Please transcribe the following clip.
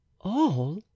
All